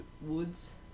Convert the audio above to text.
Woods